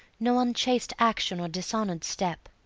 no unchaste action or dishonour'd step,